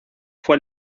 fue